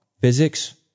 physics